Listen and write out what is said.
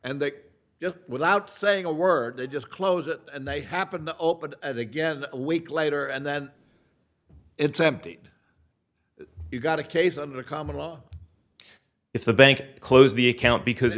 and they you know without saying a word they just close it and they happened to open it again a week later and then it's empty you got a case under common law if the bank closed the account because